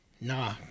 nah